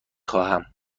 خواهم